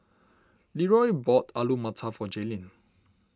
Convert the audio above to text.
Leeroy bought Alu Matar for Jaelyn